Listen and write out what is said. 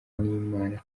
n’imana